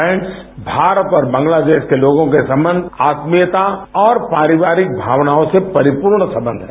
friends Bharat और बांग्लादेश के लोगों के संबंध आत्मीयता और पारिवारिक भावनाओं से परियूर्ण संबंध है